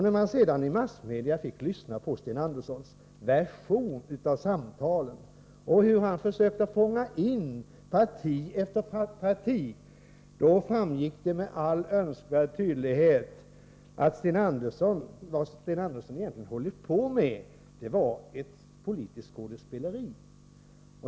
När man sedan i massmedia fick lyssna till Sten Anderssons version av samtalen och hur han försökt att fånga in parti efter parti, framgick det med all önskvärd tydlighet att vad Sten Andersson egentligen hållit på med var ett politiskt skådespeleri.